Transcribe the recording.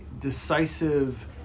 decisive